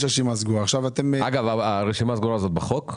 נקבעה בחוק?